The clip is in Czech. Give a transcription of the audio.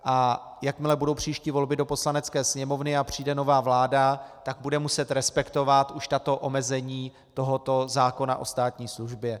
A jakmile budou příští volby do Poslanecké sněmovny a přijde nová vláda, tak bude muset respektovat už tato omezení zákona o státní službě.